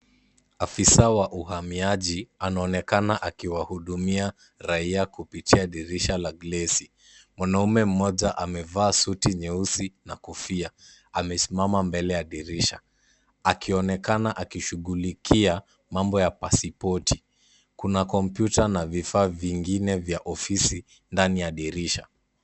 Afisa wa uhamiaji anaonekana akiwahudumia, raia kupitia dirisha la glasi. Mnaume mmoja amevaa suti nyeusi na kofia, amesimama mbele ya dirisha. Akionekana akishughulikia mambo ya pasipoti. Kuna kompyuta na vifaa vingine vya ofisi ndani ya dirisha.